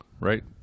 right